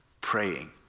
praying